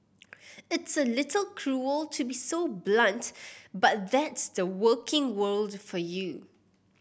it's a little cruel to be so blunt but that's the working world for you